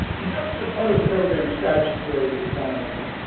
in terms of other program statutory requirements,